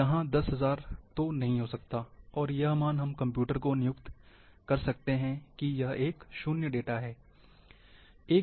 तो यहाँ 10000 तो नहीं हो सकता है और यह मान हम कंप्यूटर को नियुक्त कर सकते हैं यह शून्य डेटा है